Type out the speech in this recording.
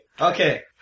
Okay